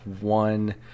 one